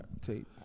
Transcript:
tape